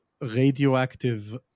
radioactive